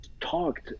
talked